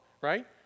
right